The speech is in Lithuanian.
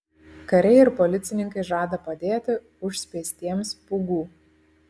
kariai ir policininkai žada padėti užspeistiems pūgų